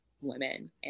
women